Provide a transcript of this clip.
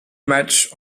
match